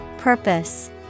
Purpose